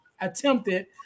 attempted